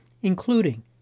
including